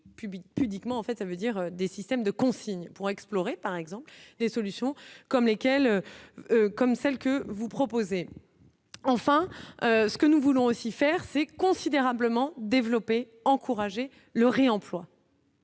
pudiquement, en fait, ça veut dire des systèmes de consignes pour explorer, par exemple, des solutions comme lesquels comme celle que vous proposez, enfin ce que nous voulons aussi faire s'est considérablement développé, encouragé le réemploi.